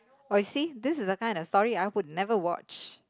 oh you see this is the kind of story I would never watch